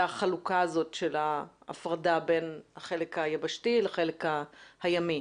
החלוקה הזאת של ההפרדה בין החלק היבשתי לחלק הימי,